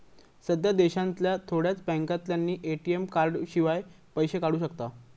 सध्या देशांतल्या थोड्याच बॅन्कांतल्यानी ए.टी.एम कार्डशिवाय पैशे काढू शकताव